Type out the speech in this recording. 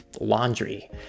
laundry